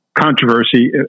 controversy